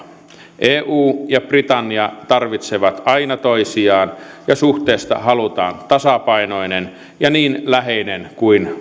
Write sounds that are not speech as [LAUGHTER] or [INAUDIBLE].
[UNINTELLIGIBLE] eu ja britannia tarvitsevat aina toisiaan ja suhteesta halutaan tasapainoinen ja niin läheinen kuin